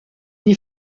n’y